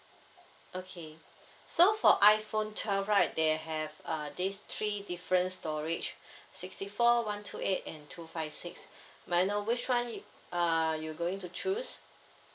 okay so for iphone twelve right they have uh this three different storage sixty four one two eight and two five six may I know which one uh you going to choose